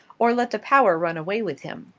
or let the power run away with him.